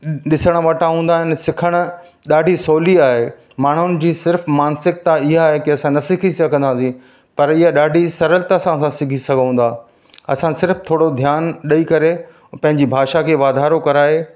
ॾिसण वटा हूंदा आहिनि सिखण ॾाढी सवली आहे माण्हुनि जी सिर्फ़ु मानसिकता इहा आहे की असां न सिखी सघंदासीं पर इहा ॾाढी सरलता सां असां सिखी सघूं था असां सिर्फ़ु थोरो ध्यानु ॾेई करे पंहिंजी भाषा खे वधारो कराए